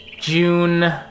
June